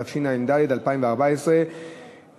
התשע"ד 2014,